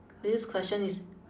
this question is